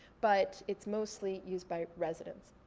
but it's mostly used by residents.